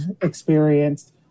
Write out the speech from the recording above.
experience